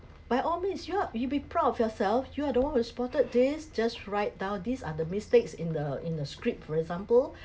by all means sure you'll be proud of yourself you are the one who spotted these just write down these are the mistakes in the in the script for example